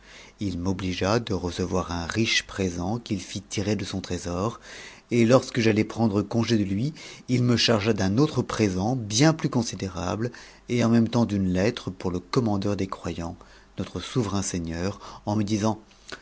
ii m'obligea de recevoir un riche présent qu'il n st tiret de son trésor et lorsque j'allai prendre congé de lui i ne chargea t uu autre présent bien plus considérable et en même temps d'une lettre t nour le commandeur des croyants notre souverain seigneur en me disant